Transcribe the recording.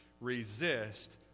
Resist